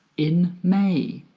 in may,